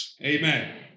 Amen